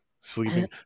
sleeping